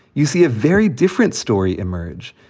you see a very different story emerge.